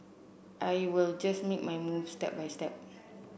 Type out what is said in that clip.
I will just make my move step by step